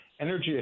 Energy